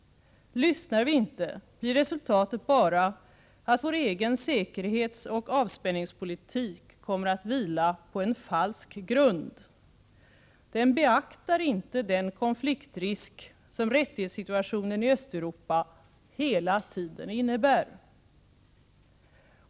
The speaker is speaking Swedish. Lyssnar vi inte blir resultatet bara att vår egen säkerhetsoch avspänningspolitik kommer att vila på en falsk grund. Den beaktar inte den konfliktrisk som rättighetssituationen i Östeuropa hela tiden innebär.